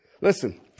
Listen